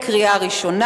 קריאה ראשונה.